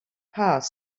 passed